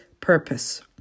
purpose